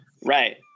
right